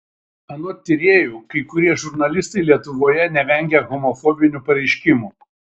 anot tyrėjų kai kurie žurnalistai lietuvoje nevengia homofobinių pareiškimų